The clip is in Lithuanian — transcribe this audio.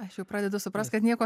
aš jau pradedu suprast kad nieko